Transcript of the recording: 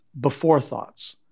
beforethoughts